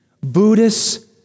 Buddhists